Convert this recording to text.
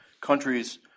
countries